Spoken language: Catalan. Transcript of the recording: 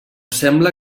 sembla